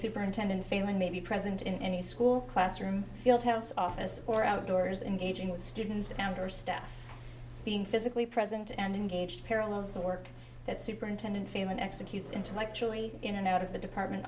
superintendent failing may be present in any school classroom field house office or outdoors engaging with students counter staff being physically present and engaged parallels the work that superintendent famine executes intellectually in and out of the department